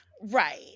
Right